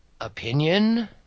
opinion